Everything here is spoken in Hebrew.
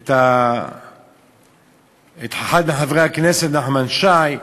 את אחד מחברי הכנסת, נחמן שי,